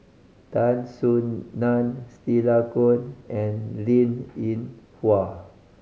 Tan Soo Nan Stella Kon and Linn In Hua